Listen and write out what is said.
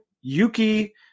Yuki